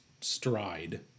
stride